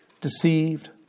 deceived